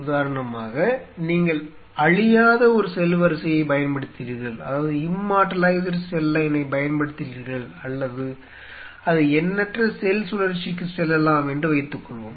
உதாரணமாக நீங்கள் அழியாத ஒரு செல் வரிசையை பயன்படுத்துகிறீர்கள் அல்லது அது எண்ணற்ற செல் சுழற்சிக்கு செல்லலாம் என்று வைத்துக்கொள்வோம்